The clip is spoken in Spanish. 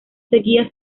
seguía